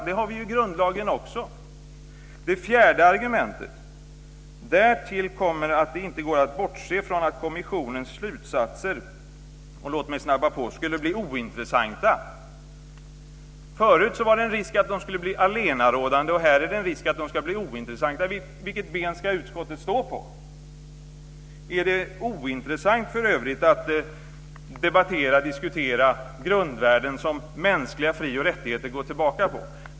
Det har vi i grundlagen också. Det fjärde argumentet lyder: "Därtill kommer att det inte går att bortse från att kommissionens slutsatser kan bli - ointressanta". Förut var det en risk för att de skulle bli allenarådande och här är det en risk att de ska bli ointressanta. Vilket ben ska utskottet stå på? Är det förresten ointressant debattera och diskutera de grundvärden som mänskliga fri och rättigheter går tillbaka på?